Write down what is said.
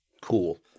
Cool